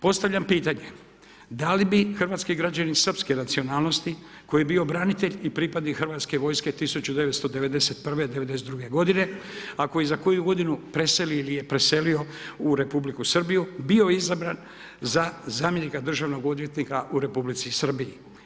Postavljam pitanje, da li bi hrvatski građani srpske nacionalnosti koji je bio branitelj i pripadnik HV-a 1991.-1992. godine, ako i za koju godinu preseli ili je preselio u Republiku Srbiju bio izabran za zamjenika državnog odvjetnika u Republici Srbiji?